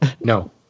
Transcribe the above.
No